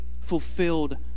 fulfilled